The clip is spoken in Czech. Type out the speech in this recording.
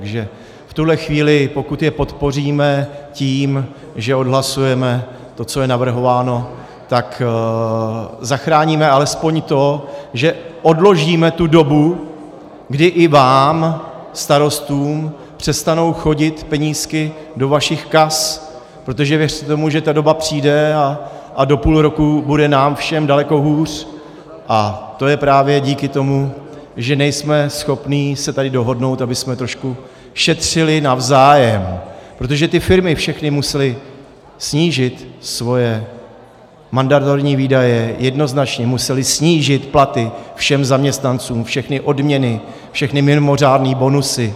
Takže v tuhle chvíli, pokud je podpoříme tím, že odhlasujeme to, co je navrhováno, tak zachráníme alespoň to, že odložíme tu dobu, kdy i vám, starostům, přestanou chodit penízky do vašich kas, protože věřte tomu, že ta doba přijde a do půl roku bude nám všem daleko hůř, a to je právě díky tomu, že nejsme schopni se tady dohodnout, abychom trošku šetřili navzájem, protože ty firmy všechny musely snížit svoje mandatorní výdaje, jednoznačně musely snížit platy všem zaměstnancům, všechny odměny, všechny mimořádné bonusy.